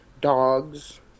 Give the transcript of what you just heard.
dogs